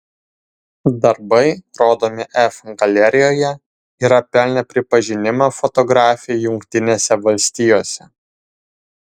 darbai rodomi f galerijoje yra pelnę pripažinimą fotografei jungtinėse valstijose